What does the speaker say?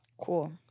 Cool